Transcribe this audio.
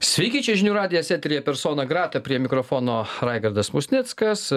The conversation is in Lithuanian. sveiki čia žinių radijas eteryje persona grata prie mikrofono raigardas musnickas